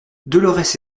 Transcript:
dolorès